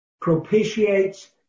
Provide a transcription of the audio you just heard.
propitiates